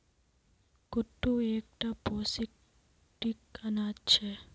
कुट्टू एक टा पौष्टिक अनाज छे